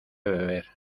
beber